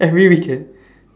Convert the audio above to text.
every weekend